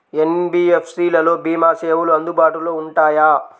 NBFC లలో భీమా సేవలు అందుబాటులో ఉంటాయా?